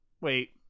Wait